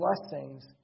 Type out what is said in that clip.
blessings